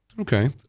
okay